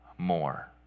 more